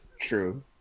True